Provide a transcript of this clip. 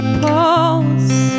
pulse